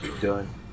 done